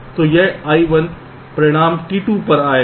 तो यह I1 परिणाम T2 पर जाएगा